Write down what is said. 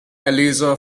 eliza